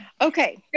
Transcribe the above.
Okay